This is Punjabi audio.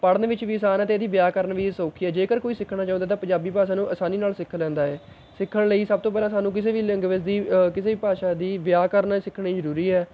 ਪੜ੍ਹਨ ਵਿੱਚ ਵੀ ਆਸਾਨ ਹੈ ਅਤੇ ਇਹਦੀ ਵਿਆਕਰਨ ਵੀ ਸੌਖੀ ਹੈ ਜੇਕਰ ਕੋਈ ਸਿੱਖਣਾ ਚਾਹੁੰਦਾ ਤਾਂ ਪੰਜਾਬੀ ਭਾਸ਼ਾ ਨੂੰ ਆਸਾਨੀ ਨਾਲ਼ ਸਿੱਖ ਲੈਂਦਾ ਹੈ ਸਿੱਖਣ ਲਈ ਸਭ ਤੋਂ ਪਹਿਲਾਂ ਸਾਨੂੰ ਕਿਸੇ ਵੀ ਲੈਂਗੁਇਜ ਦੀ ਕਿਸੇ ਵੀ ਭਾਸ਼ਾ ਦੀ ਵਿਆਕਰਨ ਸਿੱਖਣੀ ਜ਼ਰੂਰੀ ਹੈ